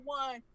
one